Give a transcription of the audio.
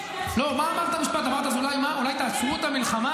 לא, מה המשפט, מה אמרת, אז אולי תעצרו את המלחמה?